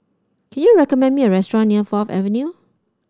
can you recommend me a restaurant near Fourth Avenue